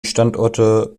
standorte